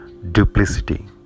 duplicity